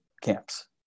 camps